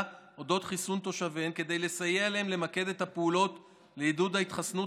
על אודות חיסון תושביהן כדי לסייע להן למקד את הפעולות לעידוד ההתחסנות